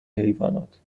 حیوانات